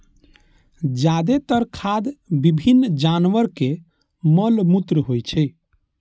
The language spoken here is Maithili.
जादेतर खाद विभिन्न जानवरक मल मूत्र होइ छै